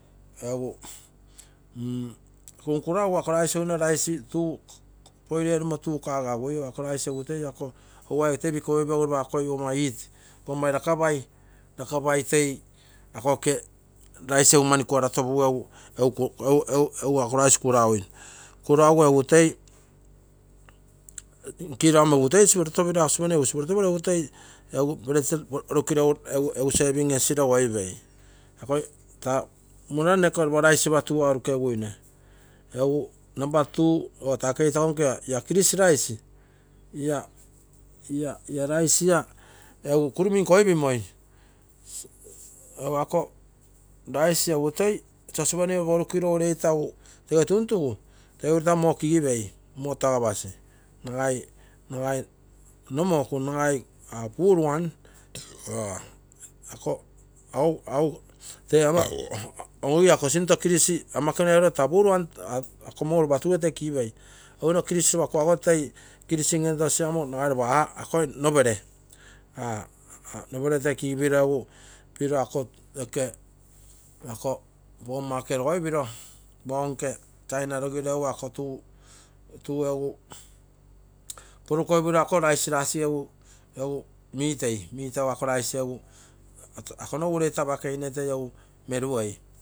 Egu mm kunkuraugu ako rice ogino, rice tuu boil eenu mo tuu kagagui, egu ako rice egu toi ako oguai toi pikiopoipegu egu toi lopa akoi pogomma heat, pogomma lakapai, lakapai toi ako oke rice toi mani kuara topugu egu toi ako rice, egu, egu, egu, egu, egu, egu ako rice kuraui. Kuraugu egu toi nkiro ama egu toi sipoioto pei ako sosopenii amo egu toi siporotopei egu toi peresiere porukiro egu sepim esiro egu oipei ako taamunare noke rice lopa tuu ere arukeguine egu namba two or taa keitakonke ia kilisi rice iia, ia rice ia egu kuruminkoi pimoi egu ako rice egu toi sosope miere porukiro ureita egu tege tuntugu, egu toi taa muo kigipei, muo tagapasi nagai, nagai nomoku nagai, full one, or toi ogui sinto kics ama ekenua eruro taa full one, ako muo lopa turugetoi kigipei. Ogino kisi lopa kuago toi kissing etosi amo nagai lopa half, akoi nopere aa nopere toi kigipiro egu piro ako oke pogomma oke logoipiro moke tainai logiro egu ako tuu egu poru koipiro ako uu rice rasige, egu mitei, mitegu ako nogu ureitaapakeine toi egu meruei.